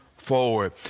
Forward